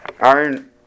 iron